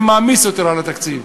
זה מעמיס יותר על התקציב.